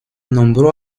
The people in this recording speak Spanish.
nombró